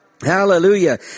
hallelujah